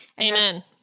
Amen